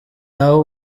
naho